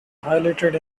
highlighted